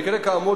כך